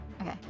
Okay